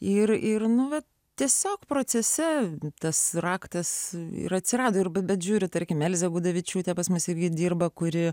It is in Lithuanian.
ir ir nu vat tiesiog procese tas raktas ir atsirado ir bet žiūri tarkim elzė gudavičiūtė pas mus irgi dirba kuri